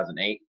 2008